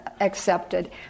accepted